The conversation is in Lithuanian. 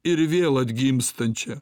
ir vėl atgimstančią